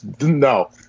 No